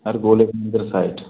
sir बोले थे उधर साइट